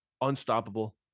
unstoppable